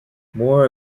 moore